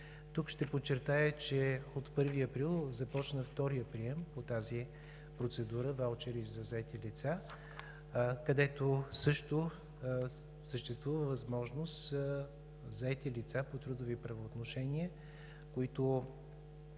Тук ще подчертая, че от 1 април започна вторият прием по тази процедура – „Ваучери за заети лица“, където също съществува възможност заети лица по трудови правоотношения, които